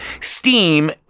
Steam